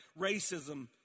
racism